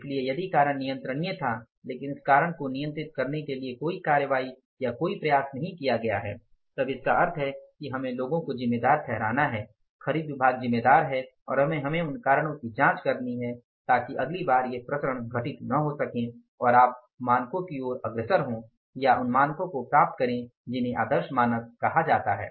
इसलिए यदि कारण नियंत्रणीय था लेकिन उस कारण को नियंत्रित करने के लिए कोई कार्रवाई या कोई प्रयास नहीं किया गया है तब इसका अर्थ है कि हमें लोगों को ज़िम्मेदार ठहराना है खरीद खरीद विभाग ज़िम्मेदार है और हमें उन कारणों की जाँच करनी है ताकि अगली बार ये विचरण घटित न हो सकें और आप मानकों की ओर अग्रसर हो या उन मानकों को प्राप्त करें जिन्हें आदर्श मानक कहा जाता है